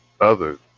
others